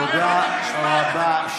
תודה רבה.